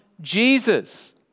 Jesus